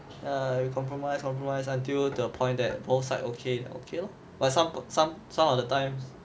err you compromise compromise until the point that both side okay okay lor but some some some of the times